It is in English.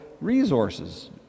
resources